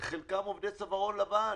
וחלקם עובדי צווארון לבן,